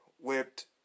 whipped